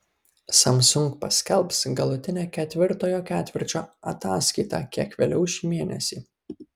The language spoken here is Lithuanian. samsung paskelbs galutinę ketvirtojo ketvirčio ataskaitą kiek vėliau šį mėnesį